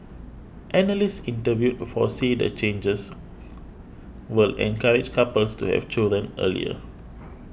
analysts interviewed foresee the changes will encourage couples to have children earlier